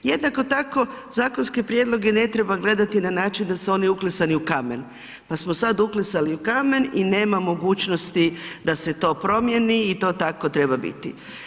Jednako tako, zakonske prijedloge ne treba gledati na način da su oni uklesani u kamen pa smo sad uklesali u kamen i nema mogućnosti da se to promjeni i to tako treba biti.